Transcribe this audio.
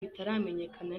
bitaramenyekana